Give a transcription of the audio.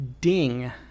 ding